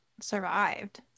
survived